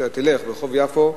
תלך ברחוב יפו,